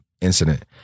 incident